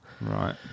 Right